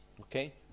okay